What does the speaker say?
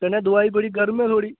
कन्नै दवाई बड़ी गर्म ऐ थुआढ़ी